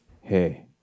hey